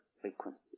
frequency